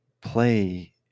play